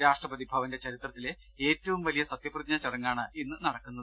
രാഷ്ട്രപതിഭവന്റെ ചരിത്രത്തിലെ ഏറ്റവും വലിയ സത്യ പ്രതിജ്ഞാ ചടങ്ങാണ് ഇന്ന് നടക്കുന്നത്